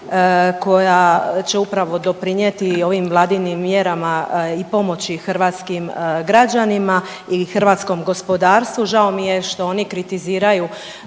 koja će upravo doprinjeti ovim Vladinim mjerama i pomoći hrvatskim građanima i hrvatskom gospodarstvu. Žao mi je što oni kritiziraju